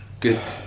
good